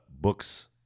books